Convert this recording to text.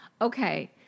Okay